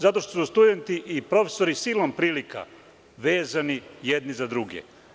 Zato što su studenti i profesori silom prilika vezani jedni za druge.